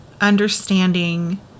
understanding